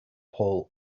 paul